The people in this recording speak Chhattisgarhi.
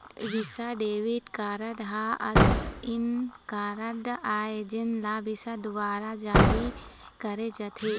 विसा डेबिट कारड ह असइन कारड आय जेन ल विसा दुवारा जारी करे जाथे